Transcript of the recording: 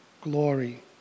glory